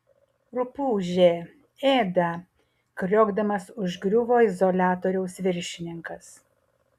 rupūžė ėda kriokdamas užgriuvo izoliatoriaus viršininkas